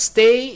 Stay